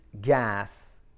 gas